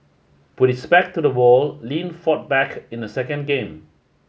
with his back to the wall Lin fought back in the second game